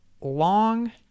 long